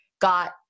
got